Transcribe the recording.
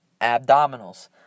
abdominals